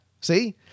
See